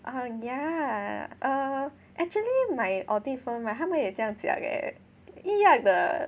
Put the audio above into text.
err yeah err actually my audit firm right 他们也这样讲 leh 一样的